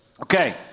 Okay